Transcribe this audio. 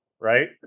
right